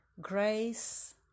grace